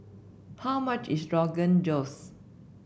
how much is Rogan Josh